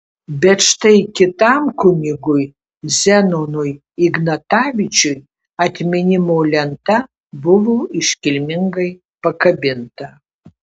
bet štai kitam kunigui zenonui ignatavičiui atminimo lenta buvo iškilmingai pakabinta